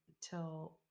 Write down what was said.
till